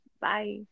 bye